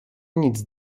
nic